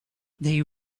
they